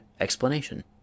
explanation